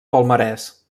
palmarès